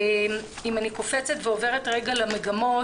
אם אני קופצת ועוברת למגמות,